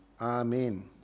Amen